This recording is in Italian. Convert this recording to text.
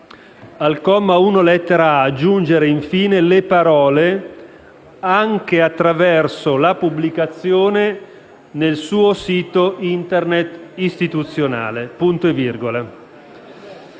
«*al comma 1, lettera* a)*, aggiungere, in fine, le parole*: "anche attraverso la pubblicazione nel suo sito Internet istituzionale"».